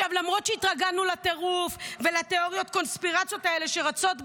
למרות שהתרגלנו לטירוף ולתיאוריות הקונספירציה האלה שרצות ברשת.